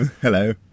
Hello